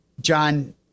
John